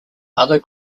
other